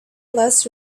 less